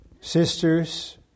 sisters